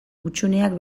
hutsuneak